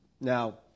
Now